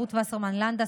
רות וסרמן לנדה,